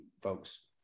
folks